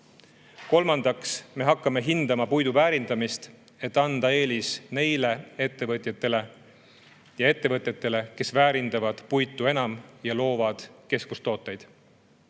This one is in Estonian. Kolmandaks, me hakkame hindama puidu väärindamist, et anda eelis neile ettevõtjatele ja ettevõtetele, kes väärindavad puitu enam ja loovad kestvustooteid.